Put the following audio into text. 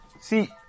See